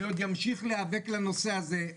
אני עוד אמשיך להיאבק לנושא הזה.